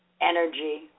energy